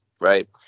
right